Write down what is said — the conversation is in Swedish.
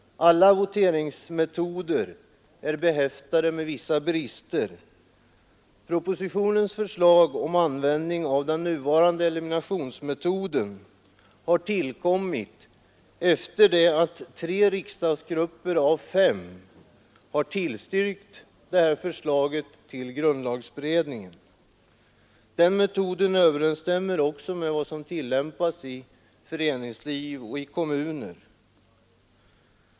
Alla voteringsmetoder är behäftade med vissa brister. Propositionens förslag om användning av den nuvarande eliminationsmetoden har tillkommit efter det att tre riksdagsgrupper av fem har tillstyrkt det förslaget till grundlagberedningen. Den metoden överensstämmer också med vad som tillämpas i föreningsliv och i kommuner.